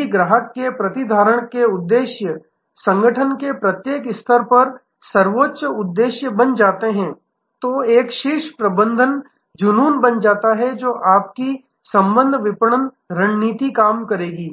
यदि ग्राहक के प्रतिधारण के उद्देश्य संगठन के प्रत्येक स्तर पर सर्वोच्च उद्देश्य बन जाते हैं तो एक शीर्ष प्रबंधन जुनून बन जाता है तो आपकी संबंध विपणन रणनीति काम करेगी